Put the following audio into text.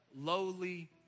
lowly